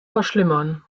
verschlimmern